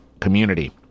community